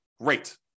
great